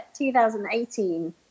2018